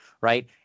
right